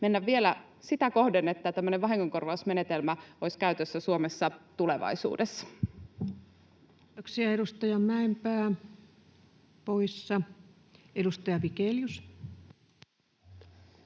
mennä vielä sitä kohden, että tämmöinen vahingonkorvausmenetelmä olisi käytössä Suomessa tulevaisuudessa. Kiitoksia. — Edustaja Mäenpää poissa. — Edustaja Vigelius.